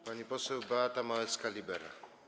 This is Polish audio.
Pani poseł Beata Małecka-Libera.